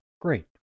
Great